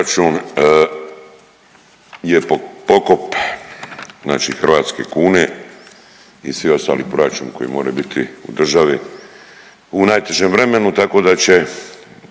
hrvatske kune i svi ostali proračuni koji moraju biti u državi u najtežem vremenu,